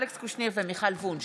אלכס קושניר ומיכל וונש